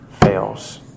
fails